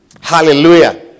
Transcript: Hallelujah